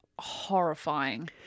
horrifying